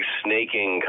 snaking